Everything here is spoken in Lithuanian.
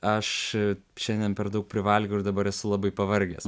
aš šiandien per daug privalgiau ir dabar esu labai pavargęs